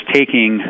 taking